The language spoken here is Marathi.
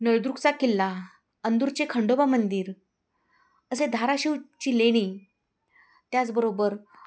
नळदुर्गचा किल्ला अंदूरचे खंडोबा मंदिर असे धाराशिवची लेणी त्याचबरोबर